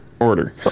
order